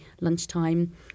lunchtime